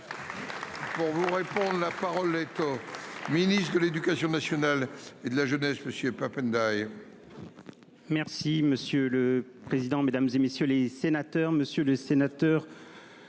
Je vous répondent. La parole est. Ministre de l'Éducation nationale et de la jeunesse, monsieur Pap Ndiaye.